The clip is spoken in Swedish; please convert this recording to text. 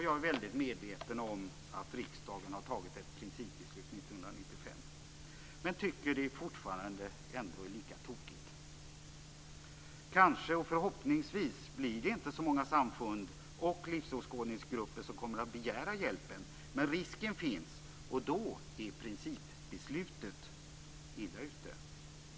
Jag är också mycket medveten om att riksdagen har tagit ett principbeslut 1995, men jag tycker fortfarande att det ändå är lika tokigt. Kanske och förhoppningsvis blir det inte så många samfund och livsåskådningsgrupper som kommer att begära hjälpen. Men risken finns, och då är principbeslutet illa ute.